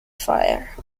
fire